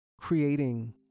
creating